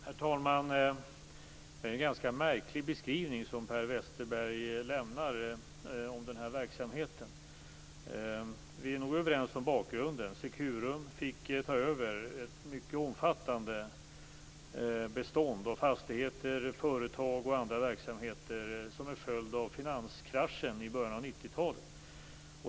Herr talman! Det är en ganska märklig beskrivning som Per Westerberg lämnar om den här verksamheten. Vi är nog överens om bakgrunden. Securum fick ta över ett mycket omfattande bestånd av fastigheter, företag och andra verksamheter som en följd av finanskraschen i början av 90-talet.